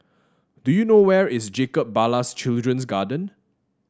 do you know where is Jacob Ballas Children's Garden